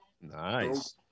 Nice